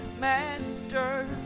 Master